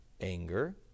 anger